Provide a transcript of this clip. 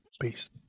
Peace